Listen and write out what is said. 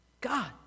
God